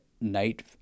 night